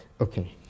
Okay